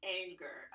anger